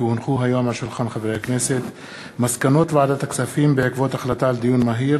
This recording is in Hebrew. כי הונחו היום על שולחן הכנסת מסקנות ועדת הכספים בעקבות דיון מהיר